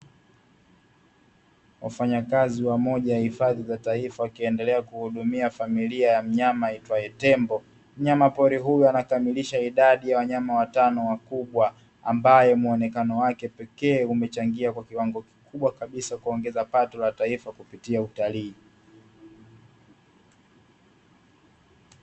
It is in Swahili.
Wafanyakazi wamoja ya hifadhi za taifa wakiendelea kuhudumia familia ya mnyama aitwae tembo, mnyama pori huyo anakamilisha idadi ya wanyama watano wakubwa ambaye muonekane wake pekee umechangia kwa kiwango kikubwa kabisa kuongeza pato la taifa kupitia utalii.